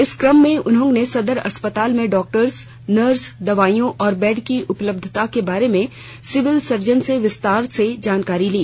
इस क्रम में उन्होंने सदर अस्पताल में डॉक्टर्स नर्स दवाइयों और बेड की उपलब्धता के बारे में सिविल सर्जन से विस्तार में जानकारी ली